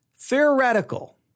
Theoretical